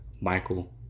Michael